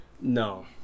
No